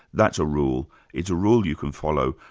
that's a rule, it's a rule you can follow,